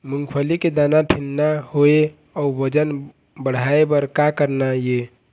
मूंगफली के दाना ठीन्ना होय अउ वजन बढ़ाय बर का करना ये?